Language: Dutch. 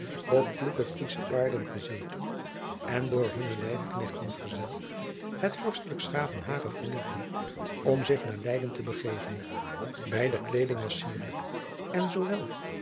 op kloeke friesche paarden gezeten en door hunne lijfknechten verzeld het vorstlijk s gravenhage verlieten om zich naar leyden te begeven beider kleeding was cierlijk en zoowel